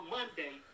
Monday